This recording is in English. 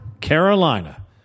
Carolina